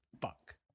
fuck